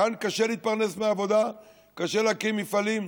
כאן קשה להתפרנס מעבודה, קשה להקים מפעלים.